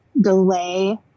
delay